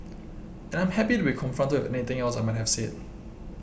and I'm happy to be confronted with anything else I might have said